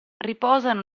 riposano